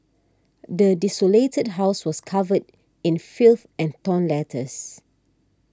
the desolated house was covered in filth and torn letters